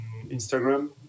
Instagram